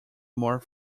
more